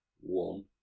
one